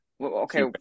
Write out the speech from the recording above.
Okay